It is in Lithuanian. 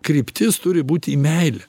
kryptis turi būt į meilę